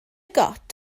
got